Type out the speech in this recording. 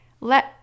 Let